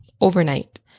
overnight